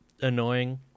annoying